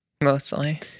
Mostly